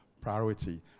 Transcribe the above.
priority